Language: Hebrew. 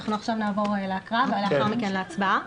אנחנו עכשיו נעבור להקראה ולאחר מכן להצבעה.